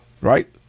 right